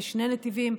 בשני נתיבים,